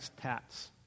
tats